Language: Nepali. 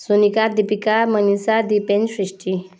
सोनिका दिपिका मनिषा दिपेन सृष्टि